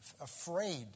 afraid